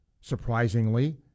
surprisingly